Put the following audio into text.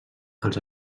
els